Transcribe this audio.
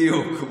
בדיוק.